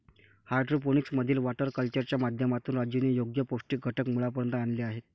hydroponics मधील water कल्चरच्या माध्यमातून राजूने योग्य पौष्टिक घटक मुळापर्यंत आणले आहेत